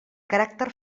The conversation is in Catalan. caràcter